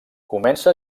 comença